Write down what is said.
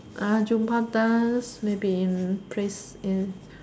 Zumba dance maybe in place in